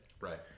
Right